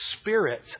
spirit